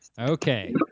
Okay